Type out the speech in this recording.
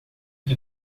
que